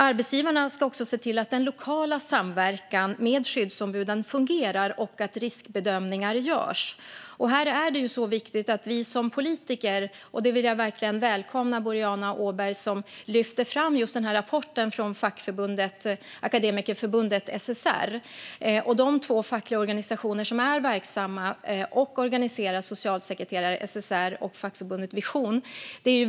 Arbetsgivarna ska också se till att den lokala samverkan med skyddsombuden fungerar och att riskbedömningar görs. Jag välkomnar att Boriana Åberg lyfter fram rapporten från Akademikerförbundet SSR. Det är väldigt viktigt att vi som politiker lyssnar in den kunskap som finns hos de två fackliga organisationer som organiserar socialsekreterare, Akademikerförbundet SSR och fackförbundet Vision.